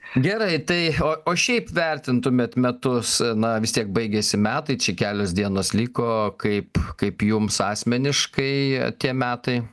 gerai tai o o šiaip vertintumėt metus na vis tiek baigėsi metai čia kelios dienos liko kaip kaip jums asmeniškai tie metai